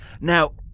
Now